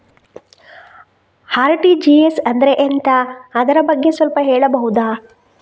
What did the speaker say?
RTGS ಅಂದ್ರೆ ಎಂತ ಅದರ ಬಗ್ಗೆ ಸ್ವಲ್ಪ ಹೇಳಬಹುದ?